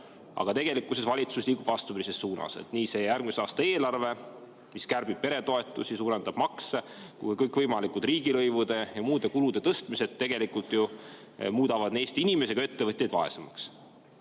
Aga tegelikkuses liigub valitsus vastupidises suunas. Nii järgmise aasta eelarve, mis kärbib peretoetusi ja suurendab makse, kui ka kõikvõimalike riigilõivude ja muude kulude tõstmine tegelikult ju muudavad Eesti inimesi ja ettevõtjaid vaesemaks.